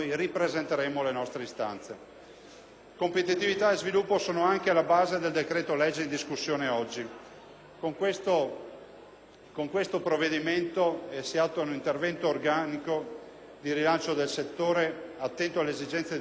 Competitività e sviluppo sono anche alla base del decreto-legge in discussione oggi. Con questo provvedimento è iniziato un intervento organico di rilancio del settore attento alle esigenze dei cittadini, delle imprese